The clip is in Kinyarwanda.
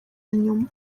nyuma